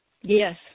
Yes